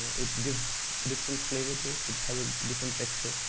it gives a different flavor to it. it has a different texture.